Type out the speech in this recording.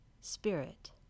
Spirit